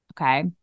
Okay